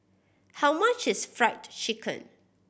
how much is Fried Chicken